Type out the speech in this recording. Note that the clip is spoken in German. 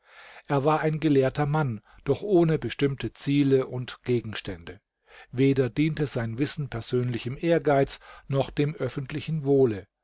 er war ein gelehrter mann doch ohne bestimmte ziele und gegenstände weder diente sein wissen persönlichem ehrgeiz noch dem öffentlichen wohle